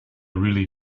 really